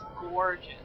gorgeous